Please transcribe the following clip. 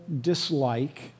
dislike